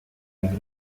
las